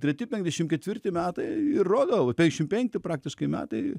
treti penkdešim ketvirti metai ir rodo penkšim penkti praktiškai metai